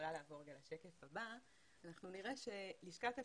אנחנו נראה שלשכת הפרסום,